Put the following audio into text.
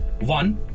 One